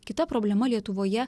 kita problema lietuvoje